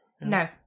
No